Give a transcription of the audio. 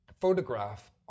photograph